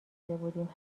بودیم